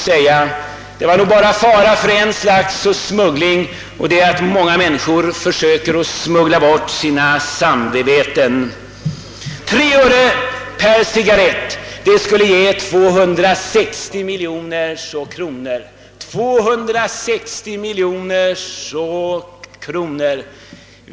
Men det var nog fara bara för ett slags smuggling, nämligen att många människor försökte smuggla bort sina samveten. 3 öre per cigarrett skulle ge 260 miljoner kronor.